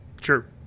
Sure